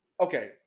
Okay